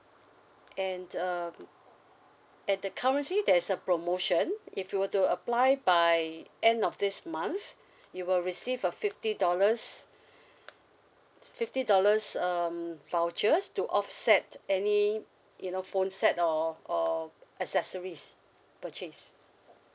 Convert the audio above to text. and um and uh currently there is a promotion if you were to apply by end of this month you will receive a fifty dollars fifty dollars um vouchers to offset any you know phone set or or accessories purchase